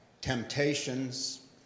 temptations